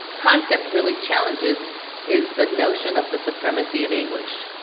concept really challenges is the notion of the supremacy of english